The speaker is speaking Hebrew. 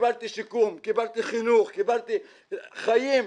קיבלתי שיקום, קיבלתי חינוך, קיבלתי חיים.